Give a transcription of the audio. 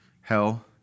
Hell